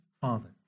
father